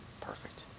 Perfect